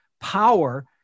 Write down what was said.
power